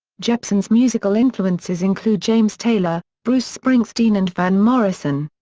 jepsen's musical influences include james taylor, bruce springsteen and van morrison.